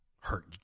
hurt